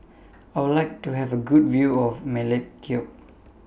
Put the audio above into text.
I Would like to Have A Good View of Melekeok